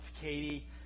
Katie